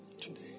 Today